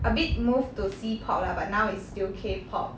a bit move to C pop lah but now is still K pop